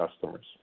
customers